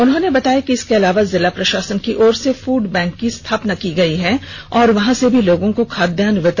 उन्होंने बताया कि इसके अलावा जिला प्रशासन की ओर से फूड बैंक की स्थापना की गई है और वहाँ से भी लोगों को खाद्यान वितरित किया जा रहा है